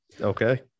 okay